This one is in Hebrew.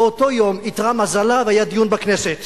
באותו יום, איתרע מזלה, היה דיון בכנסת